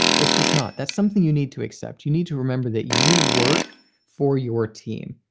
it's just not. that's something you need to accept. you need to remember that you work for your team.